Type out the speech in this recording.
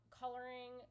coloring